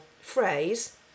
phrase